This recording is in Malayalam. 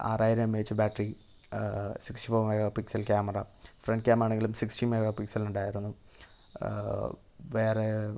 ആറായിരം M A H battery sixty four megapixel cam front cam ആണെങ്കിലും സിക്സ്റ്റി മെഗാപിക്സൽ ഉണ്ടായിരുന്നു വേറെ